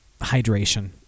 hydration